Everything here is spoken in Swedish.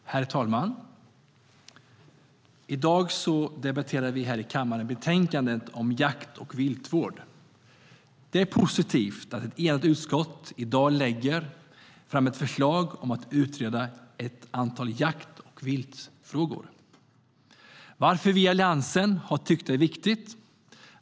Herr talman! I dag debatterar vi här i kammaren betänkandet om jakt och viltvård. Det är positivt att ett enat utskott i dag lägger fram ett förslag om att utreda ett antal jakt och viltvårdsfrågor. Varför har vi i Alliansen tyckt att det är viktigt?